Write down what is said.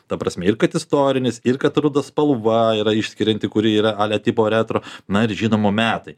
ta prasmė ir kad istorinis ir kad ruda spalva yra išskirianti kuri yra ale tipo retro na ir žinoma metai